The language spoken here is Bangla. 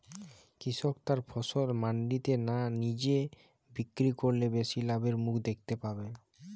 কৃষক তার ফসল মান্ডিতে না নিজে বিক্রি করলে বেশি লাভের মুখ দেখতে পাবে?